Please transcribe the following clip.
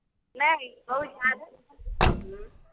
नहि बहुत जादा